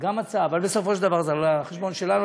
גם הצעה, אבל בסופו של דבר זה על החשבון שלנו.